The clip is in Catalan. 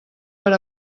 per